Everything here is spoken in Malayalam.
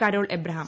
Carol Abraham